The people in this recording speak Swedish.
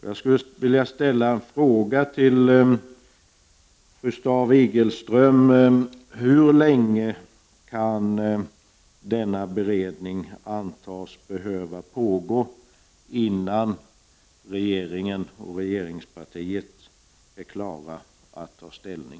Jag skulle vilja ställa en fråga till fru Staaf-Igelström: Hur länge kan denna beredning antas behöva pågå innan regeringen och regeringspartiet är klara att ta ställning?